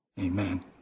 Amen